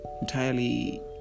entirely